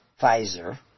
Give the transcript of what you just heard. Pfizer